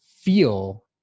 feel